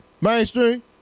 Mainstream